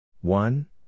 One